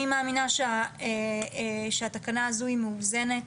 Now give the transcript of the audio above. אני מאמינה שהתקנה הזו היא מאוזנת,